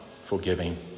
forgiving